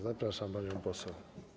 Zapraszam panią poseł.